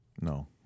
No